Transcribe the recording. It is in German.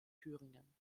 thüringen